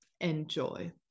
enjoy